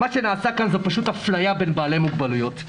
מה שנעשה כאן מהווה הפליה בין בעלי מוגבלויות,